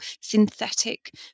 synthetic